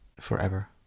forever